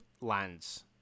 lands